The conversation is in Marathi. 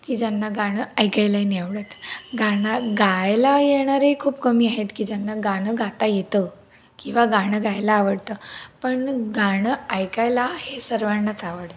की ज्यांना गाणं ऐकायलाही नाही आवडत गाणं गायला येणारे खूप कमी आहेत की ज्यांना गाणं गाता येतं किंवा गाणं गायला आवडतं पण गाणं ऐकायला हे सर्वांनाच आवडतं